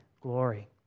glory